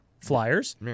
flyers